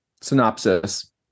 synopsis